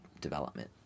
development